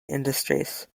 industries